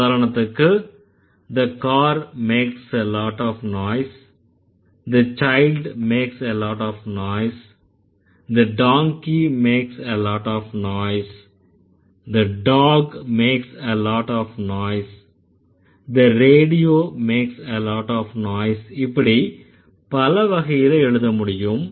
உதாரணத்துக்கு the car makes a lot of noise the child makes a lot of noise the donkey makes a lot of noise the dog makes a lot of noise the radio makes a lot of noise இப்படி பல வகையில எழுத முடியும்